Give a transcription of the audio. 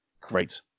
great